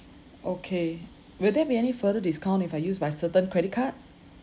okay will there be any further discount if I use my certain credit cards